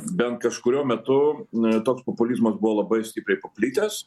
bent kažkuriuo metu na toks populizmas buvo labai stipriai paplitęs